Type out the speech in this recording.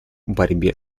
борьбы